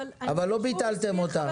אבל --- אבל לא ביטלתם אותה,